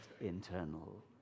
internal